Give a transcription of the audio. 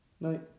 no